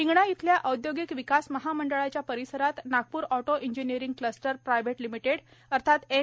हिंगणा येथील औदयोगिक विकास महामंडळाच्या परिसरात Nagpur auto engineering cluster private limited N